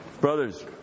Brothers